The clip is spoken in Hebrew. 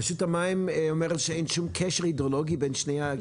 רשות המים אומרת שאין שום קשר הידרולוגי בין שני הקידוחים?